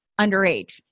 underage